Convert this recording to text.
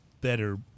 better